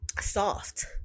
soft